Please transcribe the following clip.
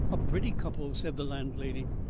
a pretty couple, said the landlady,